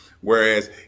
whereas